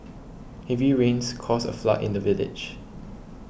heavy rains caused a flood in the village